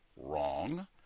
Wrong